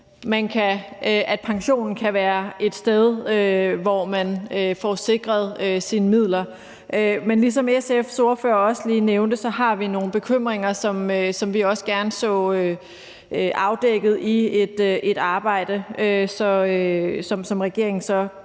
at pensionen kan være et sted, hvor man får sikret sine midler. Men ligesom SF's ordfører også lige nævnte de har, har vi nogle bekymringer, som vi også gerne så afdækket i et arbejde, som regeringen så